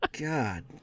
God